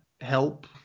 help